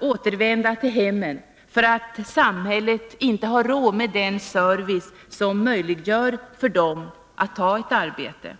återvända till hemmen för att samhället inte har råd med den service som möjliggör för dem att ta ett arbete.